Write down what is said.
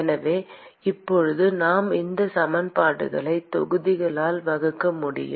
எனவே இப்போது நாம் இந்த சமன்பாடுகளை தொகுதியால் வகுக்க முடியும்